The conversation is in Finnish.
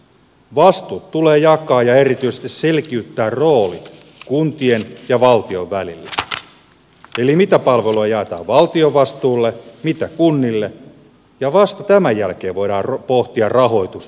vastuut tulee jakaa ja erityisesti selkiyttää rooli kuntien ja valtion välillä eli se mitä palveluja jaetaan valtion vastuulle mitä kunnille ja vasta tämän jälkeen voidaan pohtia rahoitusta ja malleja